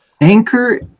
Anchor